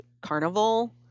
carnival